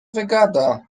wygada